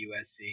USC